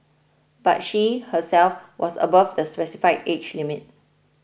but she herself was above the specified age limit